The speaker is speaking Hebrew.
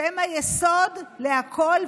שהן היסוד להכול,